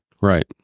Right